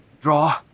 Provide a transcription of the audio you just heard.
Draw